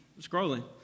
scrolling